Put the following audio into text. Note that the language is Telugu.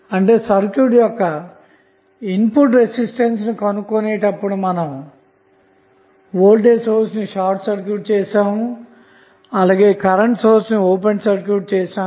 అంటే సర్క్యూట్ యొక్క ఇన్పుట్ రెసిస్టెన్స్ ను కనుగొనేటప్పుడు మనం వోల్టేజ్ సోర్స్ ని షార్ట్ సర్క్యూట్ చేసాము అలాగే కరెంటు సోర్స్ ని ఓపెన్ సర్క్యూట్ చేసాము